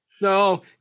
No